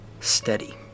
steady